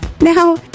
Now